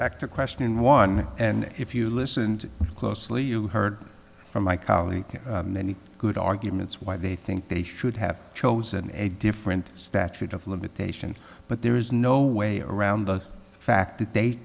to question one and if you listened closely you heard from my colleagues many good arguments why they think they should have chosen a different statute of limitation but there is no way around the fact that they